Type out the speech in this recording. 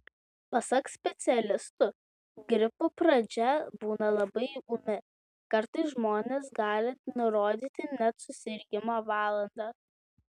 pasak specialistų gripo pradžia būna labai ūmi kartais žmonės gali nurodyti net susirgimo valandą